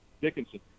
Dickinson